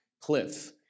cliff